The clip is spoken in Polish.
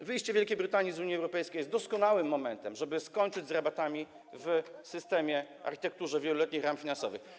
Wyjście Wielkiej Brytanii z Unii Europejskiej jest doskonałym momentem, żeby skończyć z rabatami w systemie, architekturze wieloletnich ram finansowych.